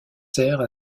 sert